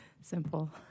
simple